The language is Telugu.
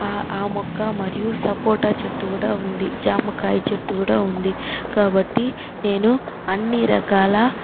ఆ మొక్క మరియు సపోటా చెట్టు కూడా ఉంది జామకాయ చెట్టు కూడా ఉంది కాబట్టి నేను అన్నీ రకాల